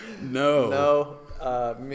No